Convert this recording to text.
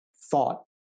thought